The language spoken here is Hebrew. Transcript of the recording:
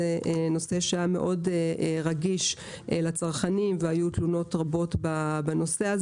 זה נושא שהיה מאוד רגיש לצרכנים והיו תלונות רבות בנושא.